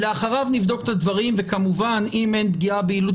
לאחריו נבדוק את הדברים וכמובן אם אין פגיעה ביעילות